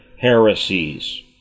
heresies